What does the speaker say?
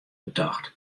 betocht